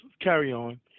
carry-on